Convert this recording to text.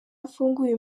afunguye